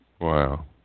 Wow